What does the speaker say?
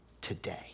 today